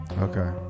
Okay